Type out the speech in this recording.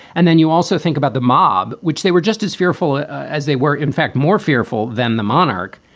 and then you also think about the mob, which they were just as fearful as they were, in fact, more fearful than the monarch.